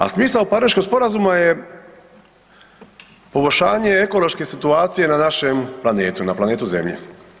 A smisao Pariškog sporazuma je poboljšanje ekološke situacije na našem planetu, na planetu Zemlji.